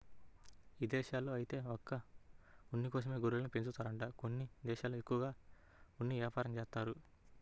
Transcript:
ఇదేశాల్లో ఐతే ఒక్క ఉన్ని కోసమే గొర్రెల్ని పెంచుతారంట కొన్ని దేశాల్లో ఎక్కువగా ఉన్ని యాపారం జేత్తారు